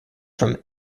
from